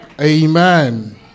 Amen